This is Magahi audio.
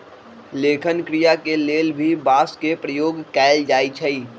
लेखन क्रिया के लेल भी बांस के प्रयोग कैल जाई छई